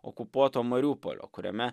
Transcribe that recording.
okupuoto mariupolio kuriame